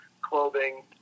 clothing